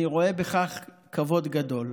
אני רואה בכך כבוד גדול.